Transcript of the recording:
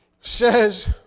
says